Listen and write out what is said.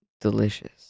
delicious